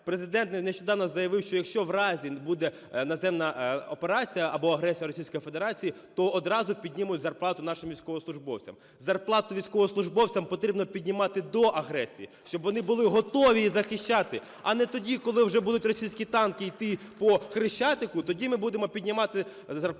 Президент нещодавно заявив, що якщо в разі буде наземна операція або агресія Російської Федерації, то одразу піднімуть зарплату нашим військовослужбовцям. Зарплату військовослужбовцям потрібно піднімати до агресії, щоб вони були готові її захищати, а не тоді, коли вже будуть російські танки іти по Хрещатику, тоді ми будемо піднімати зарплати